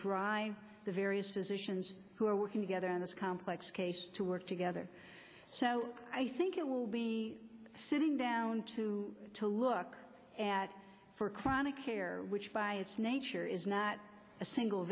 drive the various physicians who are working together in this complex case to work together so i think it will be sitting down to to look at for chronic care which by its nature is not a single